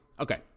Okay